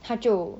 她就